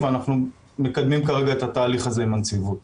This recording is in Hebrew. ואנחנו מקדמים כרגע את התהליך הזה עם הנציבות.